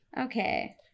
Okay